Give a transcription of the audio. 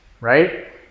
right